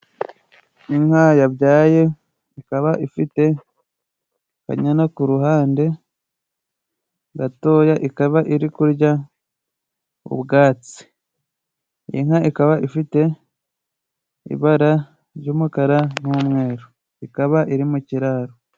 Inka yabyaye ikaba ifite akanyana ku ruhande gatoya, ikaba iri kurya ubwatsi. Inka ikaba ifite ibara ry'umukara n'umweru. Ikaba iri mu kiraro.